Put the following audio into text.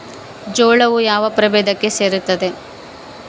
ಜೋಳವು ಯಾವ ಪ್ರಭೇದಕ್ಕೆ ಸೇರುತ್ತದೆ?